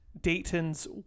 Dayton's